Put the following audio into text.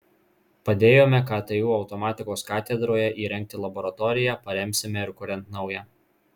padėjome ktu automatikos katedroje įrengti laboratoriją paremsime ir kuriant naują